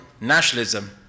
nationalism